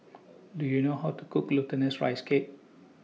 Do YOU know How to Cook Glutinous Rice Cake